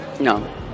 No